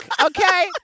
Okay